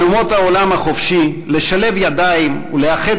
על אומות העולם החופשי לשלב ידיים ולאחד